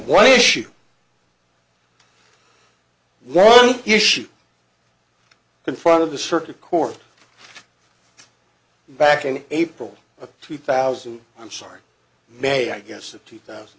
the issue one issue in front of the circuit court back in april of two thousand i'm sorry may i guess a two thousand